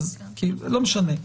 לא משנה,